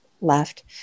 left